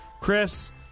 Chris